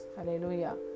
Hallelujah